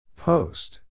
Post